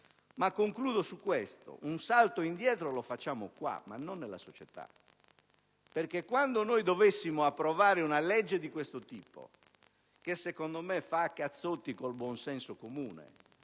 Ma - concludo su questo - un salto indietro lo facciamo qui, non nella società, qualora dovessimo approvare una legge di questo tipo che secondo me fa a pugni con il buon senso comune.